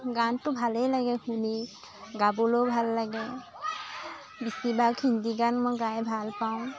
গানটো ভালেই লাগে শুনি গাবলৈও ভাল লাগে বেছিভাগ হিন্দী গান মই গাই ভাল পাওঁ